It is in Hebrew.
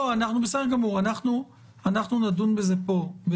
בסדר גמור, אנחנו נדון בזה פה.